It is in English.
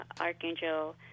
Archangel